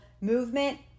movement